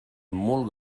molt